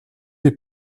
les